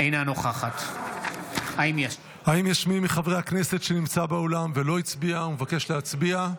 אינה נוכחת האם יש מי מחברי הכנסת שנמצא באולם ולא הצביע ומבקש להצביע?